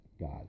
God